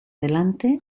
delante